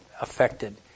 affected